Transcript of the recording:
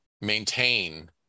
maintain